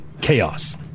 Chaos